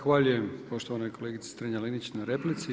Zahvaljujem poštovanoj kolegici Strenja-Linić na replici.